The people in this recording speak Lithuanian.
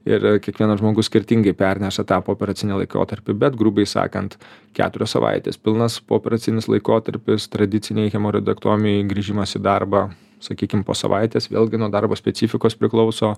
ir kiekvienas žmogus skirtingai perneša tą pooperacinį laikotarpį bet grubiai sakant keturios savaitės pilnas pooperacinis laikotarpis tradicinėj hemoroidektomijoj grįžimas į darbą sakykime po savaitės vėlgi nuo darbo specifikos priklauso